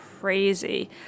crazy